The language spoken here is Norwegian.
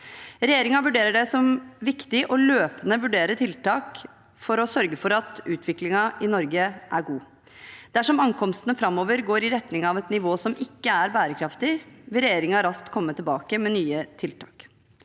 Regjeringen vurderer det som viktig å løpende vurdere tiltak for å sørge for at utviklingen i Norge er god. Dersom ankomstene framover går i retning av et nivå som ikke er bærekraftig, vil regjeringen raskt komme tilbake med nye tiltak.